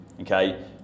okay